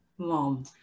mom